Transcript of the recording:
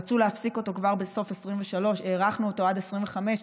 רצו להפסיק אותה כבר בסוף 2023 והארכנו אותה עד 2025,